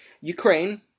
Ukraine